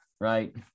right